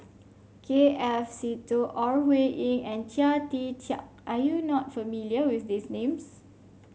K F Seetoh Ore Huiying and Chia Tee Chiak are you not familiar with these names